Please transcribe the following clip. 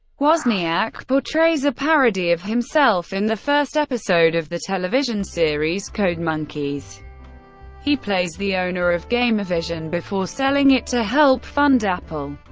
wozniak portrays a parody of himself in the first episode of the television series code monkeys he plays the owner of gameavision before selling it to help fund apple.